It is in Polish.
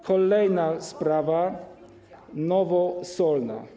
Kolejna sprawa to Nowosolna.